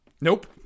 Nope